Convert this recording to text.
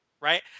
Right